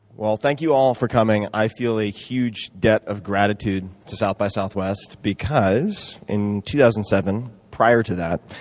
well, thank you all for coming. i feel a huge debt of gratitude to south by southwest because in two thousand and seven, prior to that,